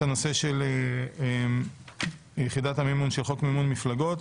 הנושא של יחידת המימון של חוק מימון מפלגות.